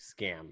scam